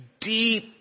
deep